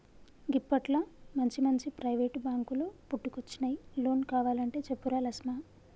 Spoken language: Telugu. గిప్పట్ల మంచిమంచి ప్రైవేటు బాంకులు పుట్టుకొచ్చినయ్, లోన్ కావలంటే చెప్పురా లస్మా